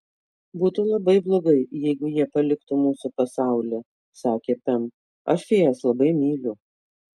būtų labai blogai jeigu jie paliktų mūsų pasaulį sakė pem aš fėjas labai myliu